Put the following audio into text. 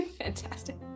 Fantastic